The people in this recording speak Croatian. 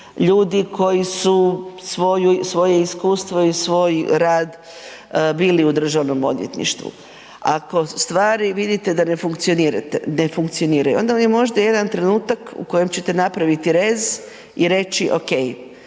ljudi koji su svoje iskustvo i svoj rad bili u Državnom odvjetništvu. Ako vidite da stvari ne funkcioniraju onda … trenutak u kojem ćete napraviti rez i reći ok,